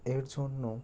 এর জন্য